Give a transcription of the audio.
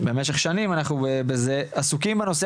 במשך כל השנים שאנחנו בזה ועסוקים בנושא